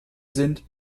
sind